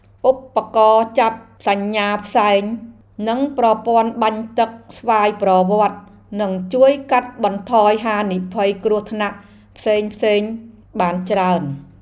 ឧបករណ៍ចាប់សញ្ញាផ្សែងនិងប្រព័ន្ធបាញ់ទឹកស្វ័យប្រវត្តិនឹងជួយកាត់បន្ថយហានិភ័យគ្រោះថ្នាក់ផ្សេងៗបានច្រើន។